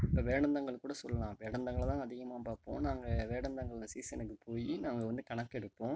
இப்போ வேடந்தாங்கல் கூட சொல்லலாம் வேடந்தாங்கலில் தான் அதிகமாக பார்ப்போம் நாங்கள் வேடந்தாங்கலில் சீசனுக்கு போய் நாங்கள் வந்து கணக்கெடுப்போம்